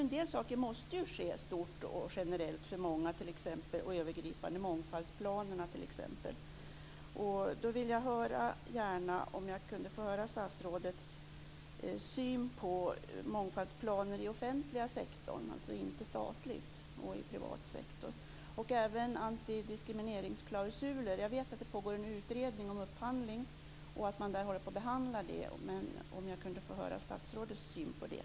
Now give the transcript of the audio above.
En del saker måste ju också ske stort, generellt och övergripande för många, t.ex. mångfaldsplanerna. Då vill jag gärna höra statsrådets syn på mångfaldsplaner i den offentliga sektorn, alltså inte statligt, och i den privata sektorn. Jag vill även höra om antidiskrimineringsklausuler. Jag vet att det pågår en utredning om upphandling och att man där håller på och behandlar detta. Jag skulle vilja höra statsrådets syn på det.